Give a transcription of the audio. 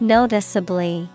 Noticeably